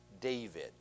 David